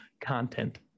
content